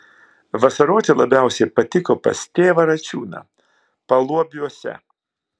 vasaroti labiausiai patiko pas tėvą račiūną paluobiuose